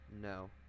No